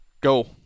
Go